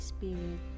Spirit